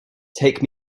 take